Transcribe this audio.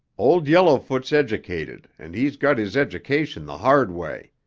old yellowfoot's educated and he got his education the hard way.